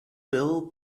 bill